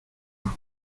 los